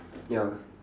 ya